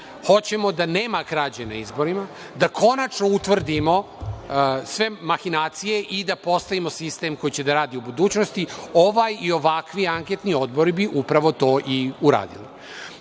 Hoćemo da nema krađe na izborima, da konačno utvrdimo sve mahinacije i da postavimo sistem koji će da radi u budućnosti. Ovaj i ovakvi anketni odbori bi upravo to i uradili.